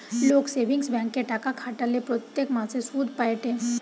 লোক সেভিংস ব্যাঙ্কে টাকা খাটালে প্রত্যেক মাসে সুধ পায়েটে